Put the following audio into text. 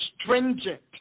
stringent